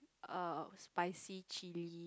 err spicy chilli